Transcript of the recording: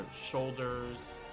shoulders